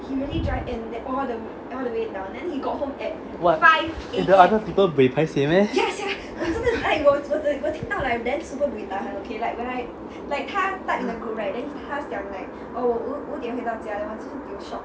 !wah! eh the other people buay paiseh meh